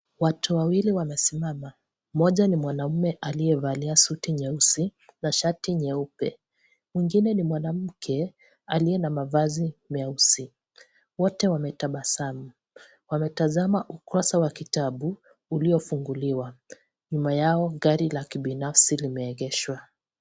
Watu wawili wamesimama. Mmoja ni mwanaume aliyevalia suti nyeusi na shati nyeupe. Mwingine ni mwanamke aliye na mavazi meusi. Wote wametabasamu. Wametazama ukurasa wa kitabu uliofunguliwa. Nyuma yao gari la kibinafsi limeegeshwa.